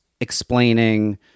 explaining